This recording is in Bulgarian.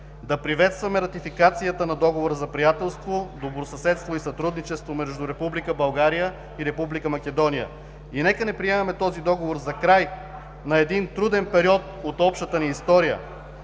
Да приветстваме ратификацията на Договора за приятелство, добросъседство и сътрудничество между Република България и Република Македония. Нека не приемаме този договор за края на един труден период от общата ни история,